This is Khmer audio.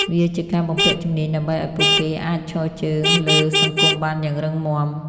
វាជាការបំពាក់ជំនាញដើម្បីឱ្យពួកគេអាចឈរជើងលើសង្គមបានយ៉ាងរឹងមាំ។